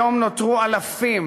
היום נותרו אלפים